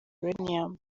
uranium